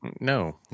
No